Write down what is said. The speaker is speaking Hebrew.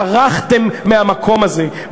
ברחתם מהמקום הזה,